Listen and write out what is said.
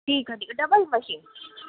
ठीकु आहे ठीकु आहे डबल मशीन